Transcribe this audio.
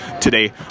today